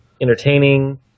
entertaining